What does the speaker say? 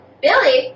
Billy